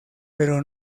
pero